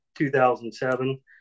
2007